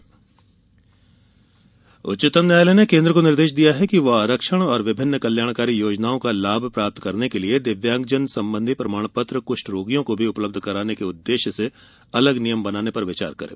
दिव्यांग नियम उच्चतम न्यायालय ने केन्द्र को निर्देश दिया है कि वह आरक्षण और विभिन्न कल्याणकारी योजनाओं का लाभ प्राप्त करने के लिये दिव्यांगजन सम्बंधि प्रमाण पत्र कुष्ठरोगियों को भी उपलब्ध कराने के उद्वेश्य से अलग नियम बनाने पर विचार करें